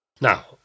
Now